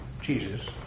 Jesus